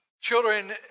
Children